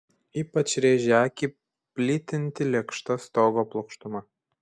ypač rėžė akį plytinti lėkšta stogo plokštuma